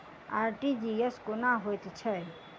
RTGS कोना होइत छै?